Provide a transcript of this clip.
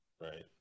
right